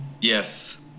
yes